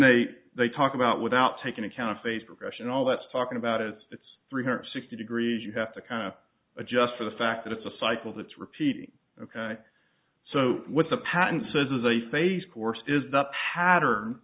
they they talk about without taking account of face regression all that's talking about it it's three hundred sixty degrees you have to kind of adjust for the fact that it's a cycle that's repeating ok so what's a patent says is a phase course is the pattern